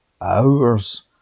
hours